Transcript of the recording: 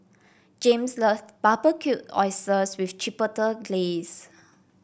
Jayme's love Barbecued Oysters with Chipotle Glaze